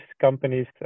companies